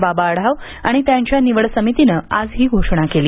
बाबा आढाव आणि त्यांच्या निवड समितीनं आज ही घोषणा केली